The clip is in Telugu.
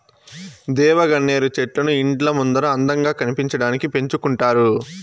దేవగన్నేరు చెట్లను ఇండ్ల ముందర అందంగా కనిపించడానికి పెంచుకుంటారు